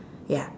ya